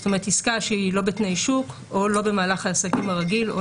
זאת אומרת עסקה שהיא לא בתנאי שוק או לא במהלך העסקים הרגיל או